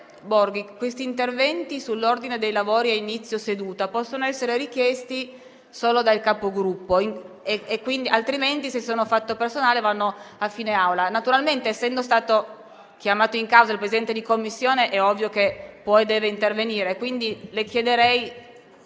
che gli interventi sull'ordine dei lavori possono essere richiesti solo dal Capogruppo; altrimenti, se sono per fatto personale, vanno rimandati a fine seduta. Naturalmente, essendo stato chiamato in causa il Presidente di Commissione, è ovvio che può e deve intervenire. Quindi le chiederei